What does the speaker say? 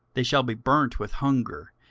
they shall be burnt with hunger,